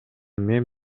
мен